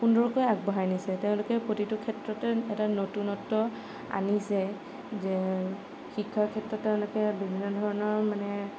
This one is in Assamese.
সুন্দৰকৈ আগবঢ়াই নিছে তেওঁলোকে প্ৰতিটো ক্ষেত্ৰতে এটা নতুনত্ব আনিছে যে শিক্ষাৰ ক্ষেত্ৰত তেওঁলোকে বিভিন্ন ধৰণৰ মানে